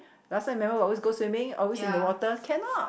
last time remember always go swimming always in the water cannot